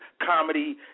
comedy